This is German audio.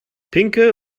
pinke